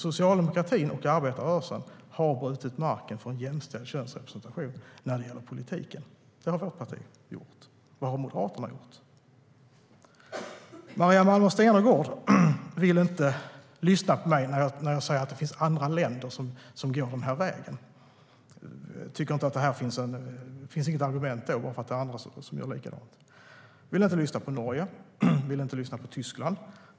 Socialdemokratin och arbetarrörelsen har alltså brutit marken för en jämställd könsrepresentation när det gäller politiken. Det har vårt parti gjort. Vad har Moderaterna gjort? Maria Malmer Stenergard vill inte lyssna på mig när jag säger att det finns andra länder som går den här vägen. Hon tycker inte att det är ett argument att det finns andra som gör likadant. Hon vill inte lyssna på Norge. Hon vill inte lyssna på Tyskland.